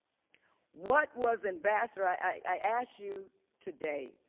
what was ambassador i ask you today,